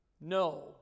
No